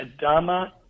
Adama